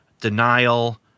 denial